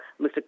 Mr